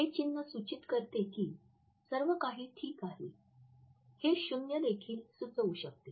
हे चिन्ह सूचित करते की सर्व काही ठीक आहे हे शून्य देखील सुचवू शकते